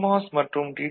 CMOS மற்றும் D